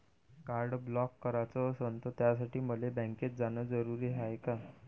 Card block कराच असनं त त्यासाठी मले बँकेत जानं जरुरी हाय का?